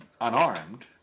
unarmed